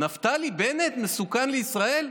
נפתלי בנט מסוכן לישראל?